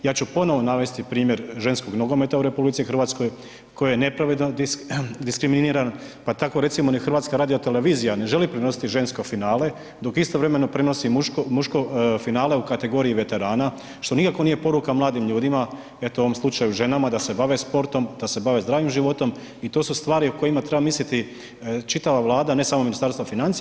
Ja ću ponovno navesti primjer ženskog nogometa u RH koji je nepravedno diskriminiran, pa tako recimo ni HRTV ne želi prenositi žensko finale dok istovremeno prenosi muško finale u kategoriji veterana što nikako nije poruka mladim ljudima, evo u ovom slučaju ženama da se bave sportom, da se bave zdravim životom i to su stvari o kojima treba misliti čitava Vlada, a ne samo Ministarstvo financija.